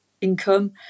income